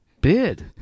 bid